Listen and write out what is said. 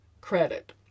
credit